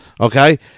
okay